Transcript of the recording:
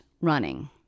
running